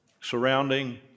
surrounding